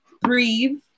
breathe